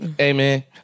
Amen